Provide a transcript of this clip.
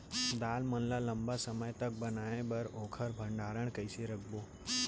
दाल मन ल लम्बा समय तक बनाये बर ओखर भण्डारण कइसे रखबो?